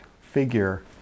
figure